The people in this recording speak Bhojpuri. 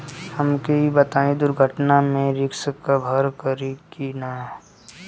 हमके ई बताईं दुर्घटना में रिस्क कभर करी कि ना?